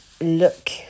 look